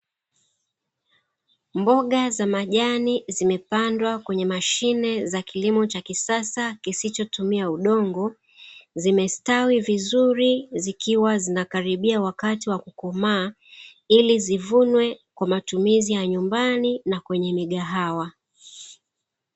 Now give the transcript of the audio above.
Mboga za majani zimendwa kwenye kilimo cha kisasa kisichotumia udongo zimestawi vizuri, zikiwa zinakaribia wakati wa kukomaa, ili zivunwe kwa matumizi ya nyumbani na kwenye migahawa.